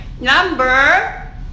number